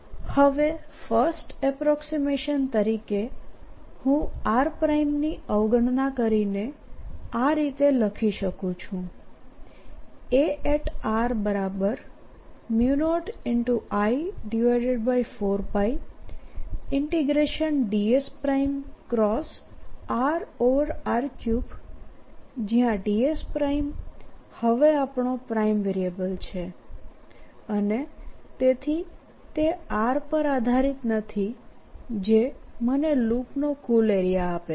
હવેફર્સ્ટ approximation તરીકેહું r ની અવગણના કરીને આ રીતે લખીશકું છુંA0I4πdsrr3જ્યાં ds હવે આપણો પ્રાઇમવેરિયેબલ છેઅનેતેથીતે r પર આધારીતનથીજે મને લૂપનો કુલ એરિયા આપે છે